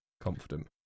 confident